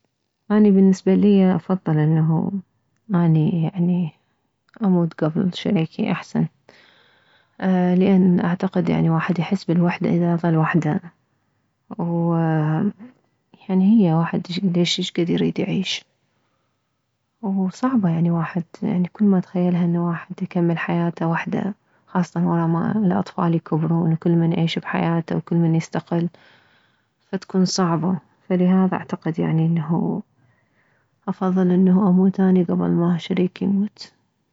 اني بالنسبة الي افضل اني يعني اموت كبل شريكي احسن لان اعتقد انه الواحد يحس بالوحدة اذا وحده ويعني هي واحد ليش شكد يريد يعيش وصعبة يعني واحد انه كلما اتخيلها انه الواحد يكمل حياته وحده خاصة وره ما الاطفال يكبرون وكلمن يعيش بحياته وكلمن يستقل فتكون صعبة فلهذا اعتقد يعني انه افضل انه اموت اني كبل ما شريكي يموت